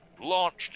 launched